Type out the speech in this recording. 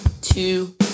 two